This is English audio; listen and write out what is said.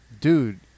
dude